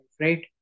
right